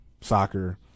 soccer